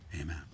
Amen